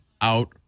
Out